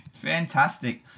Fantastic